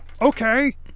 okay